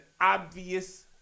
obvious